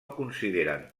consideren